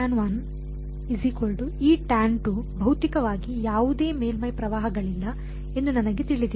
ಆದ್ದರಿಂದ ಭೌತಿಕವಾಗಿ ಯಾವುದೇ ಮೇಲ್ಮೈ ಪ್ರವಾಹಗಳಿಲ್ಲ ಎಂದು ನನಗೆ ತಿಳಿದಿದೆ